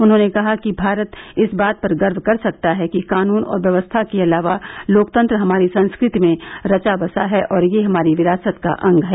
उन्होंने कहा कि भारत इस बात पर गर्व कर सकता है कि कानून और व्यवस्था के अलावा लोकतंत्र हमारी संस्कृति में रचा बसा है और यह हमारी विरासत का अंग है